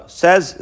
says